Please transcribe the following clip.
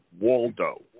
Waldo